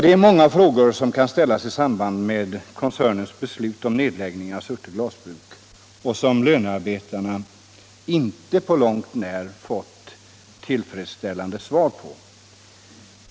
Det är många frågor som kan ställas i samband med koncernens beslut om nedläggning av Surte glasbruk, frågor som lönearbetarna inte på långt när har fått tillfredsställande svar på.